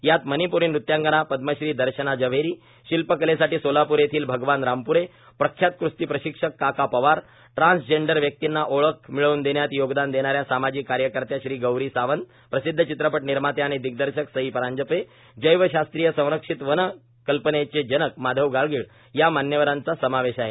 यात मणिप्री नृत्यांगना पद्मश्री दर्शना जव्हेरी शिल्पकलेसाठी सोलापूर येथील भगवान रामप्रे प्रख्यात क्स्ती प्रशिक्षक काका पवार ट्रान्सजेंडर व्यक्तींना ओळख मिळवून देण्यात योगदान देणाऱ्या सामाजिक कार्यकर्त्या श्रीगौरी सावंत प्रसिध्द चित्रपट निर्मात्या आणि दिग्दर्शक सई परांजपे जैवशास्त्रीय संरक्षित वन कल्पनेचे जनक माधव गाडगीळ या मान्यवरांचा समावेश आहे